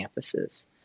campuses